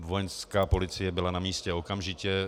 Vojenská policie byla na místě okamžitě.